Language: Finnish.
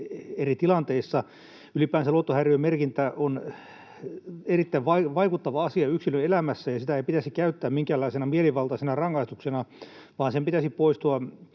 eri tilanteissa. Ylipäänsä luottohäiriömerkintä on erittäin vaikuttava asia yksilön elämässä, ja sitä ei pitäisi käyttää minkäänlaisena mielivaltaisena rangaistuksena, vaan sen pitäisi poistua